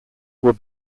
were